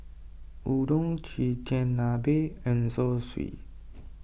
Udon Chigenabe and Zosui